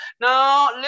Now